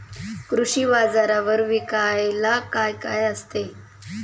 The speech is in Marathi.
कृषी बाजारावर विकायला काय काय असते?